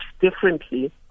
differently